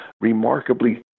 remarkably